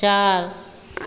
चार